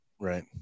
Right